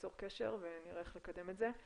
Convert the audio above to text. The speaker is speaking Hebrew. ניצור קשר ונראה איך נקדם את זה.